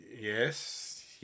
yes